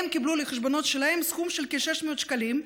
קיבלו לחשבונות שלהם סכום של כ-600 שקלים,